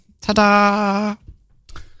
Ta-da